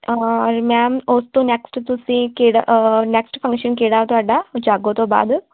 ਔਰ ਮੈਮ ਉਹ ਤੋਂ ਨੈਕਸਟ ਤੁਸੀਂ ਕਿਹੜਾ ਨੈਕਸਟ ਫੰਕਸ਼ਨ ਕਿਹੜਾ ਤੁਹਾਡਾ ਉਹ ਜਾਗੋ ਤੋਂ ਬਾਅਦ